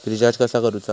Recharge कसा करूचा?